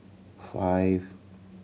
five